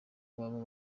baba